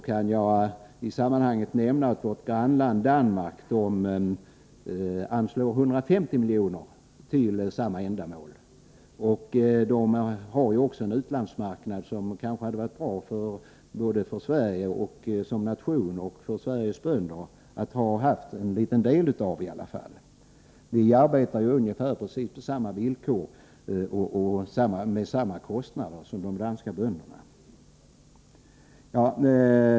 Men i sammanhanget kan nämnas att grannlandet Danmark anslår 150 milj.kr. till samma ändamål. Danmark har också en utlandsmarknad som det hade varit bra både för Sverige som nation och för Sveriges bönder att i varje fall ha haft en liten del av. Vi arbetar ju på ungefär samma villkor och med samma kostnader som de danska bönderna.